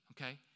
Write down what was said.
okay